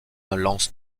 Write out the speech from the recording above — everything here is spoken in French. lance